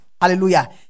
Hallelujah